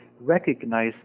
recognize